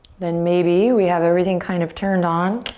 then maybe we have everything kind of turned on,